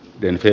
ensi